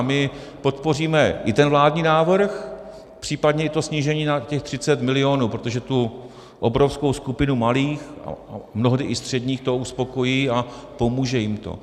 My podpoříme i ten vládní návrh, případně i to snížení na 30 milionů, protože tu obrovskou skupinu malých, mnohdy i středních to uspokojí a pomůže jim to.